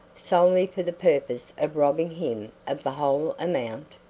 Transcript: solely for the purpose of robbing him of the whole amount?